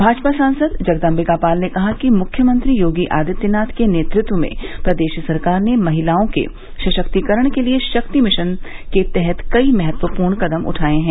भाजपा सांसद जगदंबिका पाल ने कहा कि मुख्यमंत्री योगी आदित्यनाथ के नेतृत्व में प्रदेश सरकार ने महिलाओं के सशक्तिकरण के लिये शक्ति मिशन के तहत कई महत्वपूर्ण कदम उठाये हैं